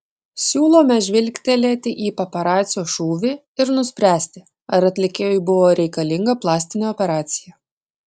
siūlome žvilgtelti į paparacio šūvį ir nuspręsti ar atlikėjui buvo reikalinga plastinė operacija